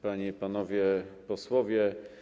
Panie i Panowie Posłowie!